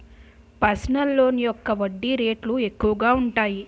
personal loan యొక్క వడ్డీ రేట్లు ఎక్కువగా ఉంటాయి